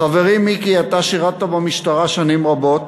חברי מיקי, אתה שירתָ במשטרה שנים רבות,